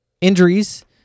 Injuries